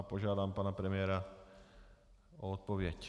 Požádám pana premiéra o odpověď.